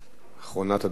אחרונת הדוברים.